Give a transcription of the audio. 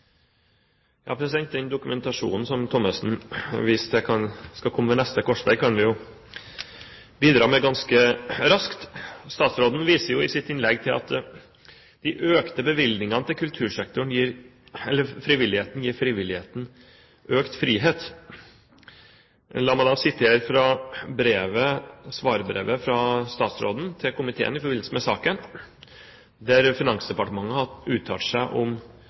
Den dokumentasjonen som Thommessen viste til at man skulle komme tilbake til ved neste korsvei, kan vi jo bidra med ganske raskt. Statsråden viser i sitt innlegg til at de økte bevilgningene til frivilligheten gir frivilligheten økt frihet. La meg sitere fra svarbrevet fra statsråden til komiteen i forbindelse med saken, der Finansdepartementet har uttalt seg om